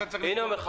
יש פתרונות.